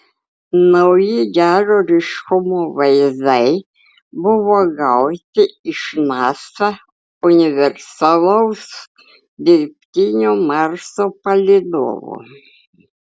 nauji gero ryškumo vaizdai buvo gauti iš nasa universalaus dirbtinio marso palydovo